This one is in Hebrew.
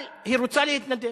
אבל היא רוצה להתנדב.